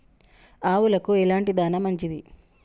ఆవులకు ఎలాంటి దాణా మంచిది?